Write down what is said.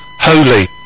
holy